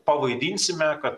pavaidinsime kad